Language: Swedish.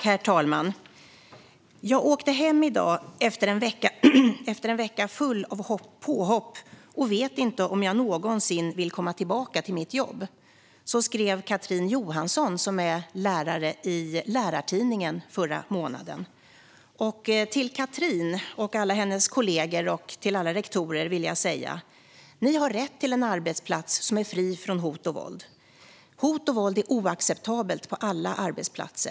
Herr talman! Jag åkte hem i dag efter en vecka full av påhopp och vet inte om jag någonsin vill komma tillbaka till mitt jobb. Så skrev Catrin Johansson, som är lärare, i Lärarnas tidning förra månaden. Till Catrin, alla hennes kollegor och alla rektorer vill jag säga: Ni har rätt till en arbetsplats som är fri från hot och våld. Hot och våld är oacceptabelt på alla arbetsplatser.